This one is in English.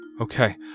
Okay